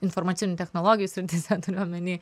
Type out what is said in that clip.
informacinių technologijų srityse turiu omeny